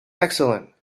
excellent